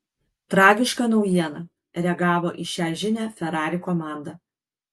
tragiška naujiena reagavo į šią žinią ferrari komanda